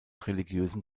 religiösen